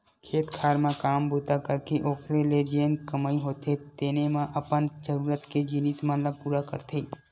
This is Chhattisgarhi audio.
खेत खार म काम बूता करके ओखरे ले जेन कमई होथे तेने म अपन जरुरत के जिनिस मन ल पुरा करथे